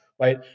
right